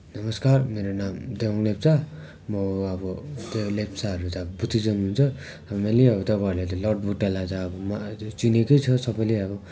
नमस्कार मेरो नाम दोङ लेप्चा म अब लेप्चाहरू त अब बुद्धिज्म हुन्छ नर्मली तपाईँहरूलाई लर्ड बुद्धलाई त अब चिनेकै छ सबैले अब